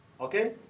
Okay